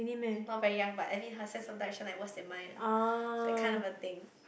not very young but I mean her sense of direction like worse than mine that kind of a thing